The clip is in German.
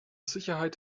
sicherheit